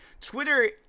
Twitter